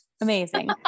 Amazing